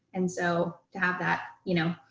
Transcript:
and so to have that, you know,